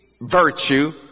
virtue